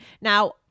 now